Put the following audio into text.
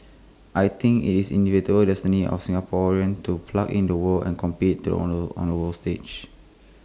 I think it's the inevitable destiny of Singaporeans to plug into the world and compete the on the on the world stage